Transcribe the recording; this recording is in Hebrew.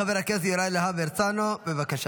חבר הכנסת יוראי להב הרצנו, בבקשה.